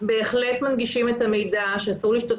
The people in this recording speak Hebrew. בהחלט מנגישים את המידע לפיו אסור לשתות